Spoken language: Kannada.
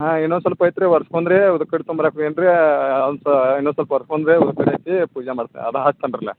ಹಾಂ ಇನ್ನು ಸೊಲ್ಪ ಐತೆ ರೀ ಒರ್ಸ್ಕೊಂಡು ರೀ ಊದ್ಕಡ್ಡಿ ತೊಂಬರಾಕೆ ಹೋಗ್ಯಾನ ರೀ ಅನ್ಸಾ ಇನ್ನೊಂದು ಸೊಲ್ಪ ಒರ್ಸ್ಕೊಂಡು ರೀ ಊದ್ಕಡ್ಡಿ ಹಚ್ಚಿ ಪೂಜೆ ಮಾಡ್ತೆ ಅದು ಹಚ್ತೇನ್ರಲ್ಲಾ